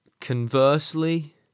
Conversely